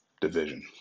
division